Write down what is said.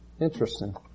Interesting